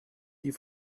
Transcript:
die